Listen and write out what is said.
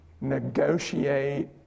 negotiate